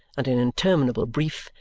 and an interminable brief,